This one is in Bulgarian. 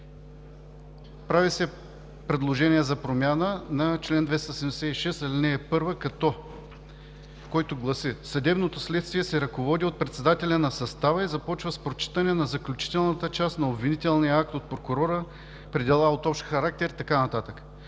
Прави се предложение за промяна на чл. 276, ал. 1, който гласи: „Съдебното следствие се ръководи от председателя на състава и започва с прочитане на заключителната част на обвинителния акт от прокурора при дела от общ характер“ и така нататък.